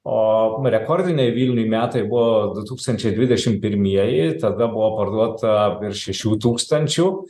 o rekordiniai vilniui metai buvo du tūkstančiai dvidešimt pirmieji tada buvo parduota virš šešių tūkstančių